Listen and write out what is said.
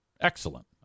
excellent